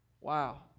Wow